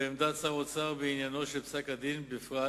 ועמדת שר האוצר בעניינו של פסק-הדין בפרט